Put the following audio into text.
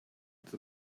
the